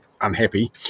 unhappy